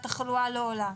התחלואה לא עולה.